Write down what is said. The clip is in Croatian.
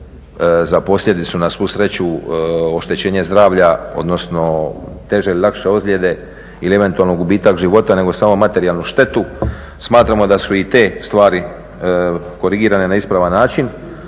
za posljedicu na svu sreću oštećenje zdravlja, odnosno teže ili lakše ozljede ili eventualno gubitak života nego samo materijalnu štetu. Smatramo da su i te stvari korigirane na ispravan način.